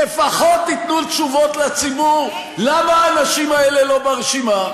לפחות תיתנו תשובות לציבור למה האנשים האלה לא ברשימה.